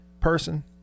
person